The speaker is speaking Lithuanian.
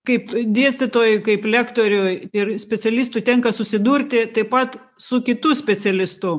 kaip dėstytojui kaip lektoriui ir specialistui tenka susidurti taip pat su kitų specialistų